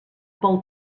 pel